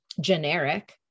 generic